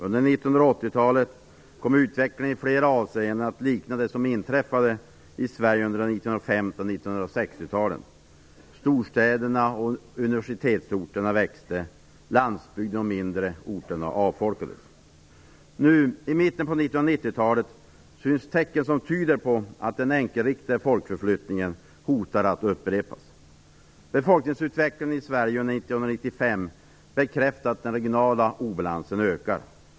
Under 1980-talet kom utvecklingen i flera avseenden att likna den vi hade i Sverige under 1950 och 1960-talen. Storstäderna och universitetsorterna växte, landsbygden och de mindre orterna avfolkades. Nu, i mitten av 1990-talet, syns tecken som tyder på att den enkelriktade befolkningsförflyttningen hotar att upprepas. Befolkningsutvecklingen i Sverige under 1995 bekräftar att den regionala obalansen ökar.